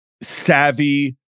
savvy